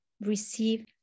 receive